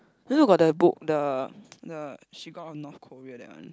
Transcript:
do you know got the book the the she got a North Korea that one